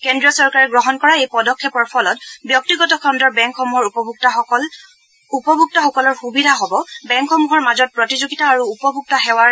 কেড্ৰীয় চৰকাৰে গ্ৰহণ কৰা এই পদক্ষেপৰ ফলত ব্যক্তিগত খগুৰ বেংকসমূহৰ উপভোক্তাসকলৰ সুবিধা হব বেংকসমূহৰ মাজত প্ৰতিযোগিতা আৰু উপভোক্তা সেৱাৰ মান বৃদ্ধি পাব